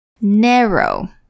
narrow